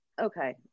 Okay